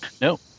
no